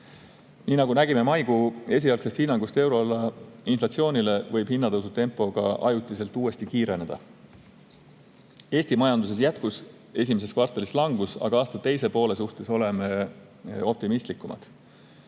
Nii nagu nägime maikuu esialgsest hinnangust euroala inflatsioonile, võib hinnatõusu tempo ka ajutiselt uuesti kiireneda. Eesti majanduses jätkus esimeses kvartalis langus, aga aasta teise poole suhtes oleme optimistlikumad.